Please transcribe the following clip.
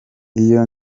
iyi